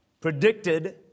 predicted